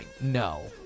No